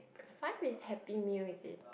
five is happy meal is it